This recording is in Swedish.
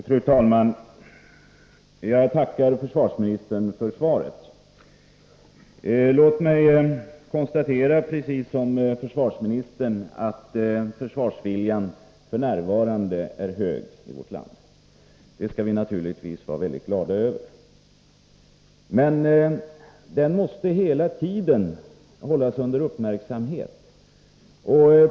Fru talman! Jag tackar försvarsministern för svaret. Låt mig precis som försvarsministern konstatera att försvarsviljan i vårt land f. n. är hög. Det skall vi naturligtvis vara mycket glada över. Men försvarsviljan måste hela tiden hållas under uppmärksamhet.